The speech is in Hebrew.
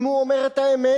אם הוא אומר את האמת,